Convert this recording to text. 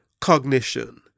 cognition